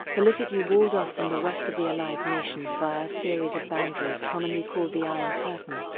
politically walled off from the rest of the allied nations via a series of boundaries commonly called the iron curtain.